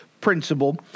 principle